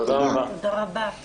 תודה רבה.